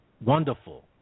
wonderful